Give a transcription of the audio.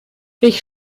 ich